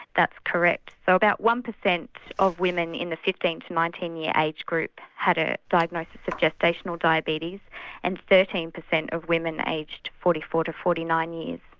that's correct. so about one percent of women in the fifteen to nineteen year age group had a diagnosis of gestational diabetes and thirteen percent of women aged forty four to forty nine years.